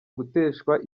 guteshwa